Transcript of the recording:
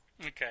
Okay